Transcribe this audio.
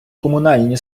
комунальні